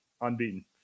Unbeaten